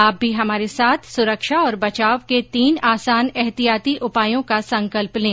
आप भी हमारे साथ सुरक्षा और बचाव के तीन आसान एहतियाती उपायों का संकल्प लें